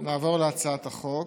אני אקרא את שם הצעת החוק